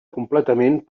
completament